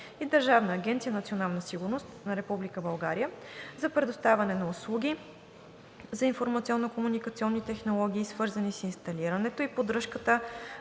и Държавна агенция „Национална сигурност“ – Република България, за предоставяне на услуги за информационно-комуникационни технологии, свързани с инсталирането и поддръжката